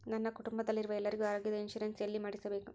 ನನ್ನ ಕುಟುಂಬದಲ್ಲಿರುವ ಎಲ್ಲರಿಗೂ ಆರೋಗ್ಯದ ಇನ್ಶೂರೆನ್ಸ್ ಎಲ್ಲಿ ಮಾಡಿಸಬೇಕು?